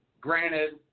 granted